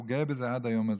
והוא גאה בזה עד היום הזה.